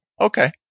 okay